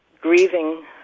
grieving